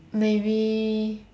maybe